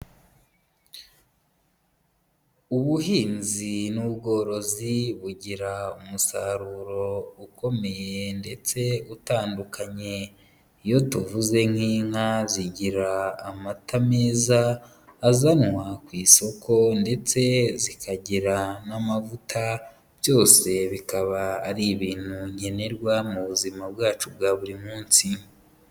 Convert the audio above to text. Ubuhinzi n'ubworozi bugira umusaruro ukomeye ndetse utandukanye. Iyo tuvuze nk'inka zigira amata meza azanwa ku isoko ndetse zikagira n'amavuta, byose bikaba ari ibintu nkenerwa mu buzima bwacu bwa buri munsi.